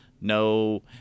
no